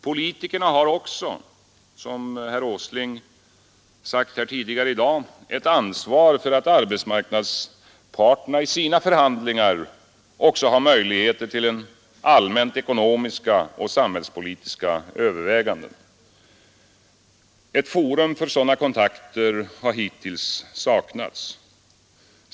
Politikerna har, som herr Åsling sagt här tidigare i dag, ett ansvar för att arbetsmarknadsparterna i sina förhandlingar också har möjligheter till allmänt ekonomiska och samhällspolitiska överväganden. Ett forum för sådana kontakter har hittills saknats.